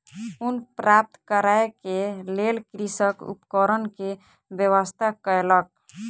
ऊन प्राप्त करै के लेल कृषक उपकरण के व्यवस्था कयलक